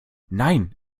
nein